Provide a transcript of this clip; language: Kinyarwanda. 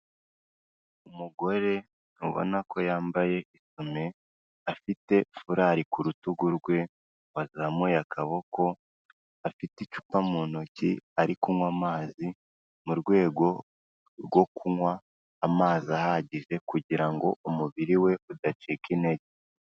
Umugore ubona ko yambaye isume afite furari ku rutugu rwe wazamuye akaboko, afite icupa mu ntoki ari kunnywa amazi mu rwego rwo kunywa amazi ahagije kugira ngo umubiri we udacika intege.